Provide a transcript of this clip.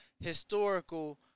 Historical